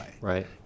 Right